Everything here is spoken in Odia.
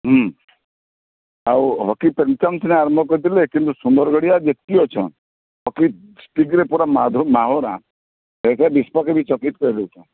ହୁଁ ଆଉ ହକି ପେନଥନ୍ ସିନା ଆରମ୍ଭ କରିଥିଲେ କିନ୍ତୁ ସୁନ୍ଦରଗଡ଼ିଆ ଯେତକି ଅଛନ୍ ହକି ସ୍ଟିକ୍ରେ ପୂରା ମାଧ ମାହୋରା ସେଥିରେ ବିଶ୍ୱକୁ ବି ଚକିତ କରି ଦେଉଛନ୍